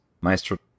Maestro